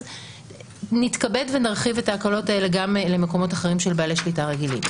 אז נתכבד ונרחיב את ההקלות האלה גם למקומות אחרים של בעלי שליטה רגילים.